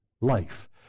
life